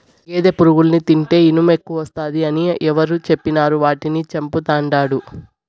గేదె పురుగుల్ని తింటే ఇనుమెక్కువస్తాది అని ఎవరు చెప్పినారని వాటిని చంపతండాడు